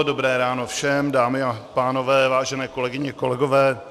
Dobré ráno všem, dámy a pánové, vážené kolegyně, kolegové.